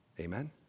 Amen